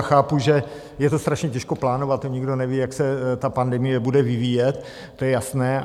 Chápu, že je to strašně těžké plánovat, nikdo neví, jak se pandemie bude vyvíjet, to je jasné.